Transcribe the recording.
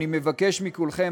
אני מבקש מכולכם,